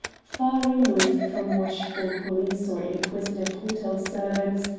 far removed from watchful police or inquisitive hotel servants,